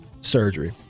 surgery